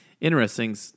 interesting